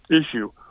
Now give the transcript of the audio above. issue